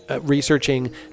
researching